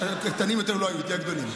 הגענו ללוויה, אבל מי פגע בכבודם?